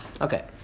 Okay